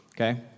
Okay